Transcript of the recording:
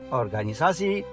organisasi